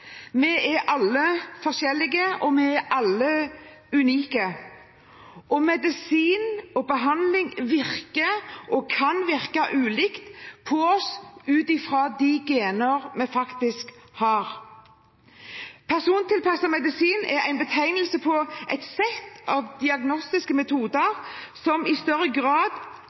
Vi er alle forskjellige, vi er alle unike, og medisin og behandling virker – og kan virke – ulikt på oss ut fra de gener vi faktisk har. Persontilpasset medisin er en betegnelse på et sett av diagnostiske metoder